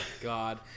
god